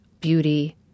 beauty